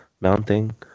Mounting